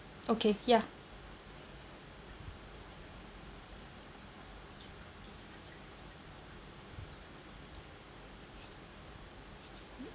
okay ya mm